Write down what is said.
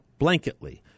blanketly